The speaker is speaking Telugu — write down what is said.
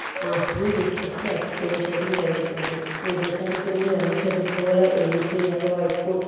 మాస్టర్ ని తీసుకొని వచ్చి ఎక్స్ప్లెయిన్ చేయడం జరుగుతుంది విదేశాలకు వెళ్లి ఎలా చదువుకోవాలో ఏం చెయ్యాలో